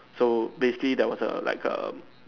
so basically that was a like a